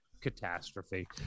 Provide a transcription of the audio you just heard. catastrophe